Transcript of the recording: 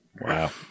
Wow